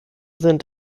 sind